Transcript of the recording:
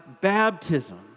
baptism